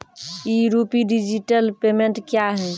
ई rupee digital payment क्या हैं?